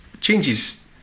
changes